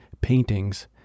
paintings